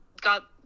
got